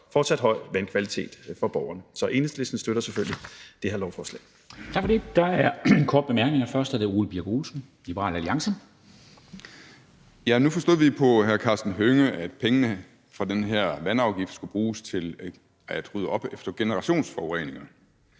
fortsat høj vandkvalitet for borgerne. Så Enhedslisten støtter selvfølgelig det her lovforslag. Kl. 11:23 Formanden (Henrik Dam Kristensen): Tak for det. Der er korte bemærkninger. Først er det hr. Ole Birk Olesen, Liberal Alliance. Kl. 11:23 Ole Birk Olesen (LA): Nu forstod vi på hr. Karsten Hønge, at pengene fra den her vandafgift skulle bruges til at rydde op efter generationsforureninger,